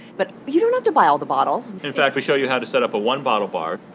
but you don't have to buy all the bottles in fact, we show you how to set up a one-bottle bar.